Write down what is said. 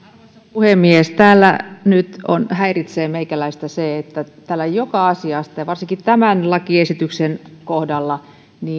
puhemies täällä nyt häiritsee meikäläistä se että täällä joka asiassa ja varsinkin tämän lakiesityksen kohdalla